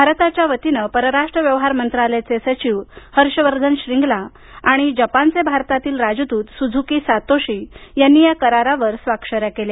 भारताच्या वतीनं परराष्ट्र व्यवहार मंत्रालयाचे सचिव हर्ष वर्धन श्रींगला आणि जपानचे भारतातील राजदूत सुझुकी सातोशी यांनी या करारावर स्वाक्षऱ्या केल्या